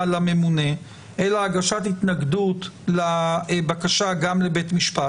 לממונה אלא הגשת התנגדות לבקשה גם לבית משפט,